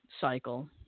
cycle